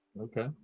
Okay